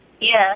Yes